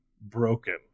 broken